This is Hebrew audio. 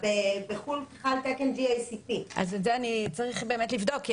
בחו"ל זה נקרא GACP. אז צריך באמת לבדוק כי